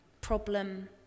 problem